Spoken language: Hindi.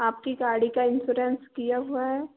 आपकी गाड़ी का इंसोरेंस किया हुआ है